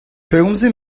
pellgomzet